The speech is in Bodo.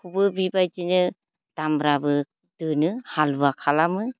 बेबायदिनो दामब्राबो दोनो हालुवा खालामो